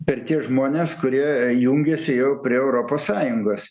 per tie žmonės kurie jungiasi jau prie europos sąjungos